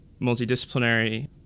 multidisciplinary